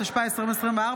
התשפ"ה 2024,